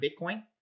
Bitcoin